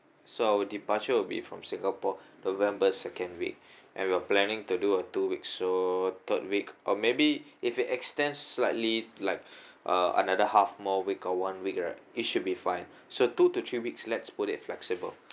so our departure will be from singapore november second week and we are planning to do a two weeks so third week or maybe if you extend slightly like uh another half more week or one week right it should be fine so two to three weeks let's put it flexible